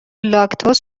لاکتوز